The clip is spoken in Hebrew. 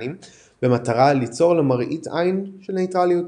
לבלקנים במטרה ליצור מראית עין של נייטרליות.